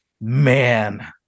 man